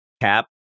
Cap